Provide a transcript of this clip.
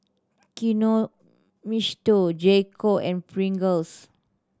Kinohimitsu J Co and Pringles